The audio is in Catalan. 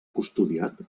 custodiat